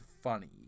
funny